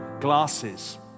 glasses